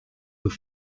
were